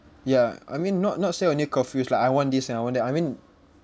ya I mean not not say only curfews lah I want this and I want that I mean